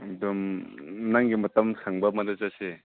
ꯑꯗꯨꯝ ꯅꯪꯒꯤ ꯃꯇꯝ ꯁꯪꯕ ꯑꯃꯗ ꯆꯠꯁꯦ